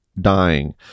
dying